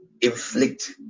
inflict